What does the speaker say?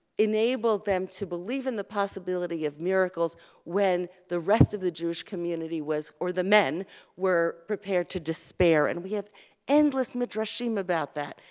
enabled them to believe in the possibility of miracles when the rest of the jewish community was or the men were prepared to despair, and we have endless midrashim about that,